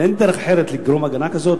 אין דרך אחרת לגרום הגנה לאדם,